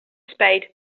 spade